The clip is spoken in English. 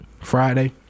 Friday